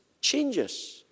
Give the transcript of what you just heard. changes